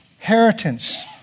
inheritance